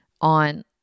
on